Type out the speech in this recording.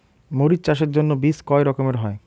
মরিচ চাষের জন্য বীজ কয় রকমের হয়?